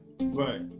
Right